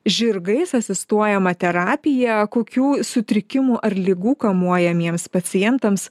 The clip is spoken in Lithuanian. žirgais asistuojama terapija kokių sutrikimų ar ligų kamuojamiems pacientams